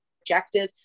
objective